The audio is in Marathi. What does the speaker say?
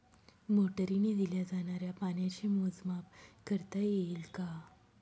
मोटरीने दिल्या जाणाऱ्या पाण्याचे मोजमाप करता येईल का?